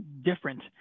different